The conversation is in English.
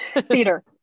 Theater